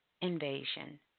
Invasion